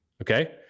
Okay